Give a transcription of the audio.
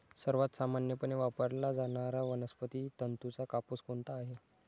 सर्वात सामान्यपणे वापरला जाणारा वनस्पती तंतूचा कापूस कोणता आहे?